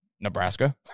Nebraska